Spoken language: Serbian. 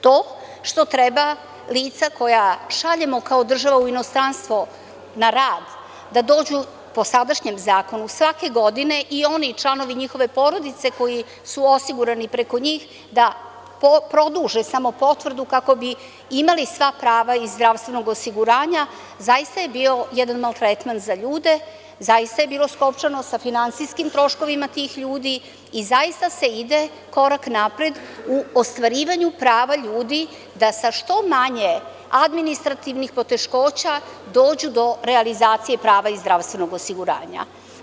To što treba lica koja šaljemo kao država u inostranstvo na rad da dođu po sadašnjem zakonu svake godine i oni i članovi njihove porodice koji su osigurani preko njih da produže samo potrebu kako bi imali sva prava iz zdravstvenog osiguranja zaista je bio jedan nov tretman za ljude, zaista je bilo skopčano sa finansijskim troškovima tih ljudi i zaista se ide korak napred u ostvarivanju prava ljudi da sa što manje administrativnih poteškoća dođu do realizacije prava iz zdravstvenog osiguranja.